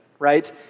right